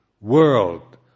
world